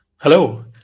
Hello